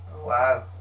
Wow